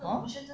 hor